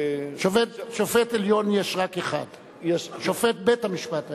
שופט עליון יש רק אחד, שופט בית-המשפט העליון.